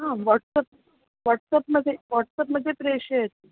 आं वाट्सप् वाट्सप्मध्ये वाट्सप्मध्ये प्रेषयतु